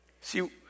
See